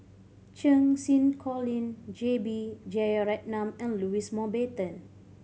Cheng Xinru Colin J B Jeyaretnam and Louis Mountbatten